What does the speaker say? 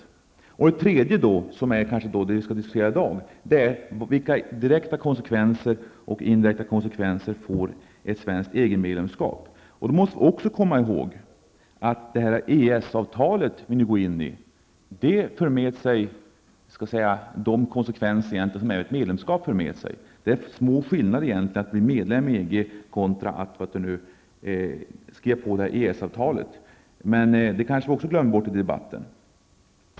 Det tredje, som vi diskuterar i dag, är vilka konsekvenser, direkt och indirekt, ett svenskt EG medlemskap får. Vi måste då också komma ihåg att EES-avtalet, som vi går in i, för med sig de konsekvenser som ett medlemskap har. Det är små skillnader att vara medlem i EG och att skriva på EES-avtalet. Det kanske vi också glömmer bort i debatten.